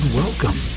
welcome